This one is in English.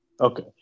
Okay